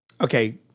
okay